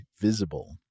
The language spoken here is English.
Visible